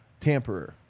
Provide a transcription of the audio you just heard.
tamperer